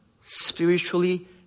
spiritually